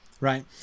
right